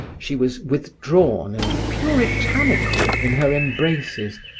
she was withdrawn and puritanical in her embraces,